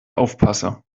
aufpasse